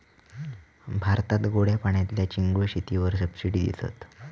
भारतात गोड्या पाण्यातल्या चिंगूळ शेतीवर सबसिडी देतत